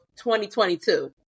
2022